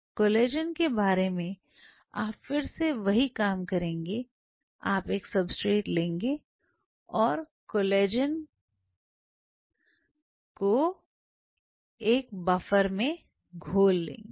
collagen के बारे में आप फिर से वही काम करेंगे आप एक सबस्ट्रेट लेंगे और आप कोलेजन प्रोटीन को एक बफर में घोल लेंगे